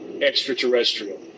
extraterrestrial